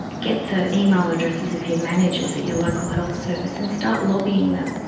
get the email addresses of your managers at your local health service and start lobbying them,